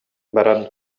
баран